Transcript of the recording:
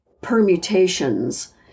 permutations